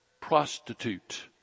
prostitute